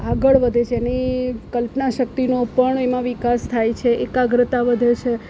આગળ વધે છે એની કલ્પના શક્તિનો પણ એમાં વિકાસ થાય છે એકાગ્રતા વધે છે